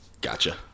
Gotcha